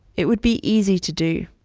it would be easy to do.